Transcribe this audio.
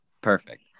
perfect